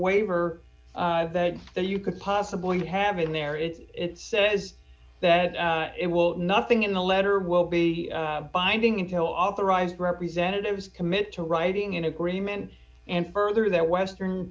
waiver that you could possibly have in there it says that it will nothing in the letter will be binding until authorized representatives commit to writing an agreement and further that western